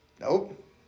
Nope